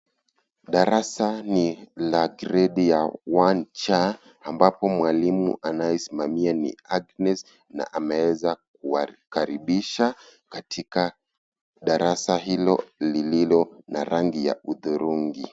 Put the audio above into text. Darasa ni la gredi ya one C ambapo mwalimu anayesimamia ni Agnes na ameeza kuwakaribisha katika darasa hilo lililo na rangi ya hudhurungi.